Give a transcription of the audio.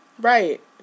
right